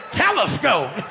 telescope